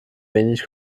wenig